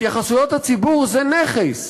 התייחסויות הציבור זה נכס.